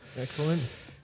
Excellent